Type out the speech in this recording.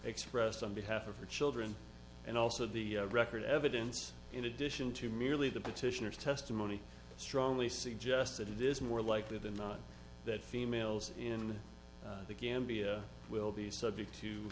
expressed on behalf of her children and also the record evidence in addition to merely the petitioners testimony strongly suggests that it is more likely than not that females in the gambia will be subject to